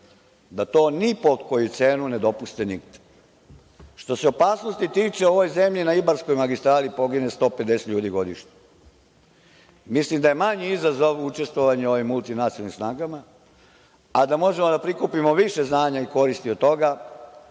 da to ni po koju cenu ne dopuste nigde. Što se opasnosti tiče, u ovoj zemlji na Ibarskoj magistrali pogine 150 ljudi godišnje. Mislim da je manji izazov učestvovanje u ovim multinacionalnim snagama, a da možemo da prikupimo više znanja i koristi od toga,